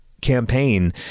campaign